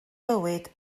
fywyd